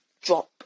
drop